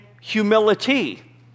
humility